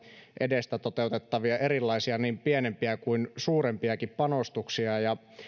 edestä erilaisia niin pienempiä kuin suurempiakin toteutettavia panostuksia